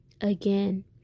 again